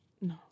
No